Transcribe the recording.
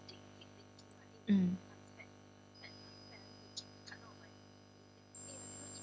mm